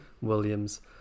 Williams